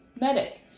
medic